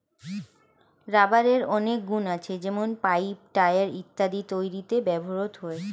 রাবারের অনেক গুন আছে যেমন পাইপ, টায়র ইত্যাদি তৈরিতে ব্যবহৃত হয়